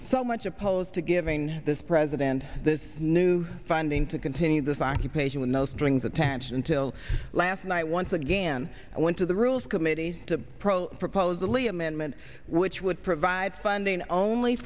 so much opposed to giving this president the new funding to continue this occupation with no strings attached until last night once again i went to the rules committee the pro proposal a amendment which would provide funds only